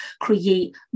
create